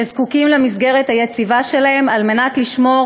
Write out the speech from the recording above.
שזקוקים למסגרת היציבה שלהם על מנת לשמור